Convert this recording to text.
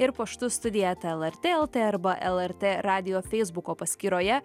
ir paštu studija eta lrt lt arba lrt radijo feisbuko paskyroje